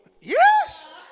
yes